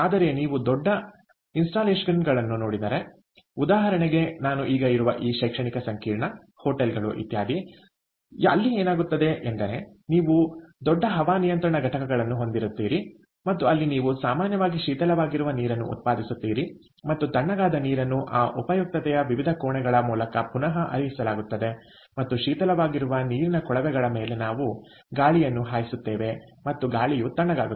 ಆದರೆ ನೀವು ದೊಡ್ಡ ಇನ್ಸ್ಟಾಲೇಷನ್ಗಳನ್ನು ನೋಡಿದರೆ ಉದಾಹರಣೆಗೆ ನಾನು ಈಗ ಇರುವ ಈ ಶೈಕ್ಷಣಿಕ ಸಂಕೀರ್ಣ ಹೋಟೆಲ್ಗಳು ಇತ್ಯಾದಿ ಆದ್ದರಿಂದ ಅಲ್ಲಿ ಏನಾಗುತ್ತದೆ ಎಂದರೆ ನೀವು ದೊಡ್ಡ ಹವಾನಿಯಂತ್ರಣ ಘಟಕಗಳನ್ನು ಹೊಂದಿರುತ್ತೀರಿ ಮತ್ತು ಅಲ್ಲಿ ನೀವು ಸಾಮಾನ್ಯವಾಗಿ ಶೀತಲವಾಗಿರುವ ನೀರನ್ನು ಉತ್ಪಾದಿಸುತ್ತೀರಿ ಮತ್ತು ತಣ್ಣಗಾದ ನೀರನ್ನು ಆ ಉಪಯುಕ್ತತೆಯ ವಿವಿಧ ಕೋಣೆಗಳ ಮೂಲಕ ಪುನಃ ಹರಿಸಲಾಗುತ್ತದೆ ಮತ್ತು ಶೀತಲವಾಗಿರುವ ನೀರಿನ ಕೊಳವೆಗಳ ಮೇಲೆ ನಾವು ಗಾಳಿಯನ್ನು ಹಾಯಿಸುತ್ತೇವೆ ಮತ್ತು ಗಾಳಿಯು ತಣ್ಣಗಾಗುತ್ತದೆ